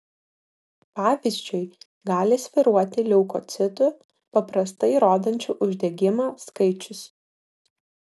pavyzdžiui gali svyruoti leukocitų paprastai rodančių uždegimą skaičius